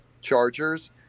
Chargers